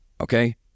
okay